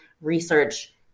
research